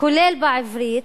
כולל בעברית,